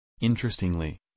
Interestingly